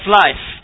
life